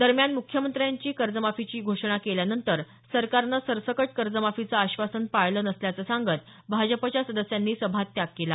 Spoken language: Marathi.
दरम्यान मुख्यमंत्र्यांनी कर्जमाफीची घोषणा केल्यानंतर सरकारनं सरसकट कर्जमाफीचं आश्वासन पाळल नसल्याच सांगत भाजपच्या सदस्यांनी सभात्याग केला